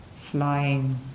flying